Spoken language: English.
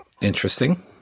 Interesting